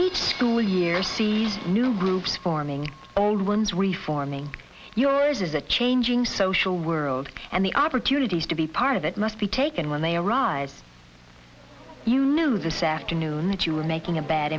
each school year sees new groups forming old ones reforming yours is a changing social world and the opportunities to be part of it must be taken when they arrive you knew this afternoon that you were making a bad